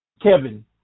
Kevin